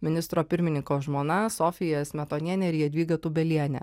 ministro pirmininko žmona sofija smetonienė ir jadvyga tūbelienė